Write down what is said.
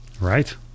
Right